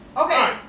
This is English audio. Okay